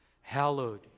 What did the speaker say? hallowed